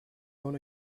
own